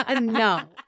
No